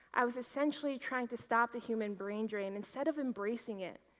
i was essential retrying to stop the human brain dream instead of embracing it,